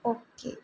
okay